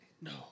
No